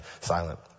silent